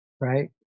Right